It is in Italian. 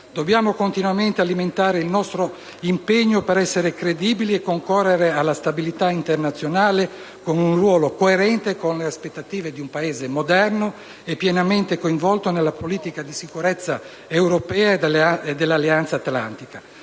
Dobbiamo continuamente alimentare il nostro impegno, per essere credibili e concorrere alla stabilità internazionale, con un ruolo coerente con le aspettative di un Paese moderno e pienamente coinvolto nella politica di sicurezza europea e dell'Alleanza atlantica.